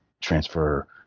transfer